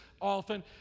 often